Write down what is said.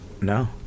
No